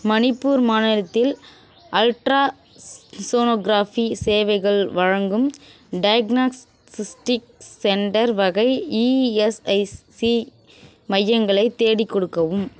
மணிப்பூர் மாநிலத்தில் ultrasonography சேவைகள் வழங்கும் டயக்னாஸ்சிஸ்டிக்ஸ் சென்டர் வகை இஎஸ்ஐசி மையங்களைத் தேடிக் கொடுக்கவும்